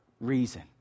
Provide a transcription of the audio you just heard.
reason